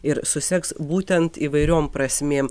ir susegs būtent įvairiom prasmėm